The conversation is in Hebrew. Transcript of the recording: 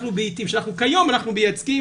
אנחנו כיום ב"עיתים מייצגים,